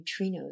neutrinos